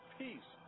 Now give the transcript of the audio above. peace